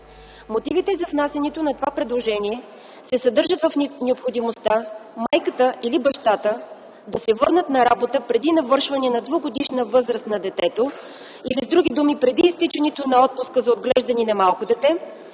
Мотивите за внасянето на това предложение се съдържат в необходимостта майката или бащата да се върнат на работа преди навършване на двегодишна възраст на детето, или с други думи – преди изтичането на отпуска за отглеждане на малко дете,